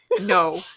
No